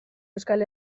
euskal